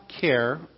care